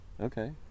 okay